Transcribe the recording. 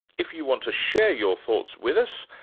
if you want to share your thoughts with us,